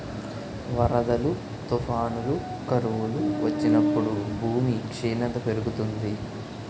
వరదలు, తుఫానులు, కరువులు వచ్చినప్పుడు భూమి క్షీణత పెరుగుతుంది